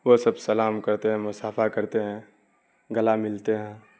وہ سب سلام کرتے ہیں مصافحہ کرتے ہیں گلا ملتے ہیں